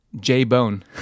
J-Bone